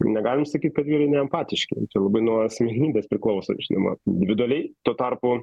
negalim sakyt kad vyrai neempatiški čia labai nuo asmenybės priklauso žinoma individualiai tuo tarpu